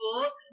book